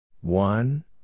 One